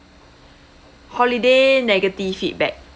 holiday negative feedback